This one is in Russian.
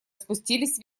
спустились